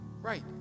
Right